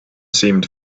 seemed